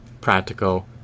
practical